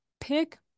pick